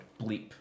Bleep